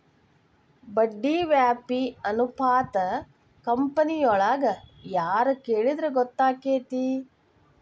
ಬಡ್ಡಿ ವ್ಯಾಪ್ತಿ ಅನುಪಾತಾ ಕಂಪನಿಯೊಳಗ್ ಯಾರ್ ಕೆಳಿದ್ರ ಗೊತ್ತಕ್ಕೆತಿ?